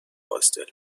پاستل